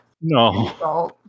No